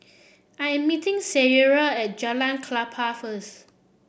I am meeting Sierra at Jalan Klapa first